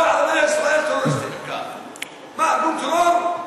כל ערביי ישראל טרוריסטים, מה, ארגון טרור?